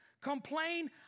Complain